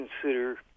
consider